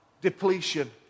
depletion